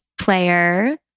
player